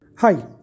Hi